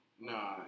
No